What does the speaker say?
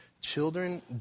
children